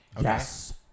Yes